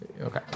Okay